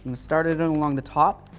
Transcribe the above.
to start it and along the top,